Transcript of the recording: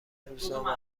روزنامه